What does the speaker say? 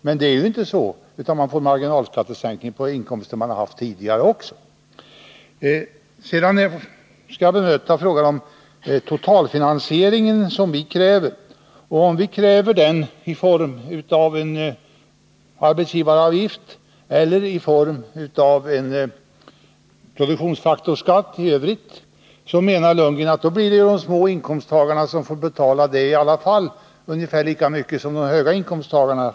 Men det blir ju inte så, utan människorna får en marginalskattesänkning på de inkomster de har haft tidigare också. Jag skall bemöta vad Bo Lundgren sade i fråga om den totalfinansiering som vi kräver. Om vi kräver den i form av en arbetsgivaravgift eller i form av en produktionsfaktorsskatt, så menar Bo Lundgren att det blir de små inkomsttagarna som i alla fall får betala ungefär lika mycket som de stora inkomsttagarna.